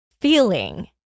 feeling